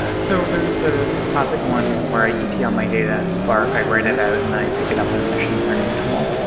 so there's the classic one where i etl ah my data in spark. i write it out and then i pick it up in a machine learning tool.